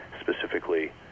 specifically